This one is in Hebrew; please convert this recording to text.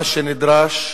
מה שנדרש,